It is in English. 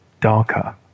darker